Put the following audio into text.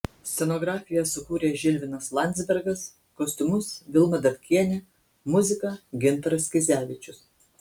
scenografiją sukūrė žilvinas landzbergas kostiumus vilma dabkienė muziką gintaras kizevičius